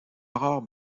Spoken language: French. aurore